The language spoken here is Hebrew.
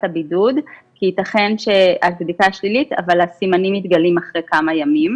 הבידוד כי ייתכן שהבדיקה שלילית אבל הסימנים מתגלים אחרי כמה ימים.